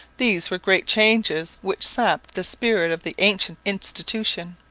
these were great changes which sapped the spirit of the ancient institution.